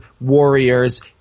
warriors